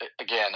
again